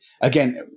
Again